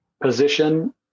position